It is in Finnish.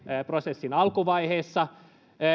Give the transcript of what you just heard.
prosessin alkuvaiheessa